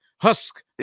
husk